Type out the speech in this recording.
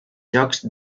jocs